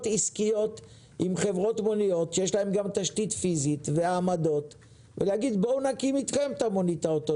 כאשר יש זכות ערעור מותנית בתוך החוק הרבה יותר פשוט וקל לעשות את זה.